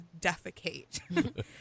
defecate